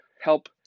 help